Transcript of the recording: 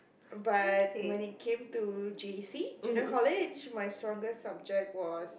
but when it came to J_C Junior College my strongest subject was